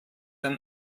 ein